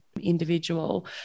individual